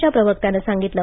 च्या प्रवक्त्यानं सांगितलं